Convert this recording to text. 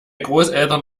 großeltern